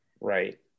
right